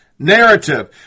narrative